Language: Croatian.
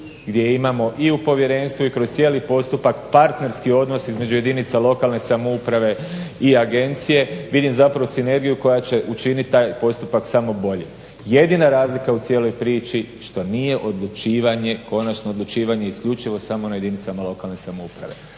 gdje imamo i u povjerenstvu i kroz cijeli postupak partnerski odnos između jedinica lokalne samouprave i agencije vidim zapravo sinergiju koja će učiniti taj postupak samo boljim. Jedina razlika u cijeloj priči što nije konačno odlučivanje isključivo samo na jedinicama lokalne samouprave.